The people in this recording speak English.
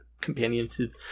companionship